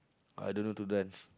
oh I don't know to dance